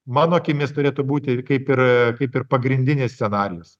mano akimis turėtų būti ir kaip ir kaip ir pagrindinis scenarijus